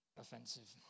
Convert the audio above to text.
offensive